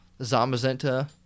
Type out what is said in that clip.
Zamazenta